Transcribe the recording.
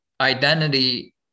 identity